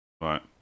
Right